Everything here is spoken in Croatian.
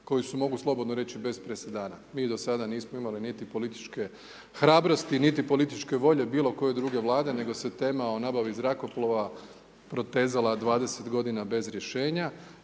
koji se mogu, slobodno reći, bez presedana. Mi do sada nismo imali niti političke hrabrosti, niti političke volje bilo koje druge vlade, nego se tema o nabavi zrakoplova, protezala 20 g. bez rješenja.